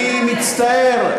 אני מצטער,